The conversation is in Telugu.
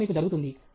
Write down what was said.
లో మీకు జరుగుతుంది